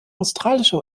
australische